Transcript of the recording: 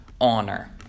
honor